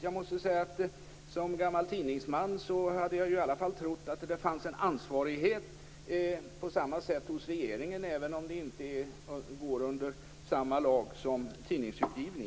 Jag måste säga att jag som gammal tidningsman i alla fall hade trott att det fanns en ansvarighet på samma sätt hos regeringen, även om inte samma lag gäller här som för tidningsutgivning.